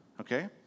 okay